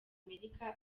america